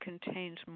contains